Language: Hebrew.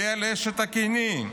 יעל אשת חבר הקיני.